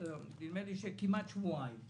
נדמה לי כמעט שבועיים,